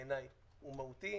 בעיניי, הוא מהותי.